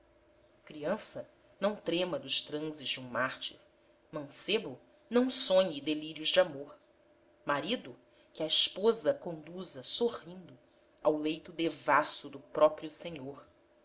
criança não trema dos transes de um mártir mancebo não sonhe delírios de amor marido que a esposa conduza sorrindo ao leito devasso do próprio senhor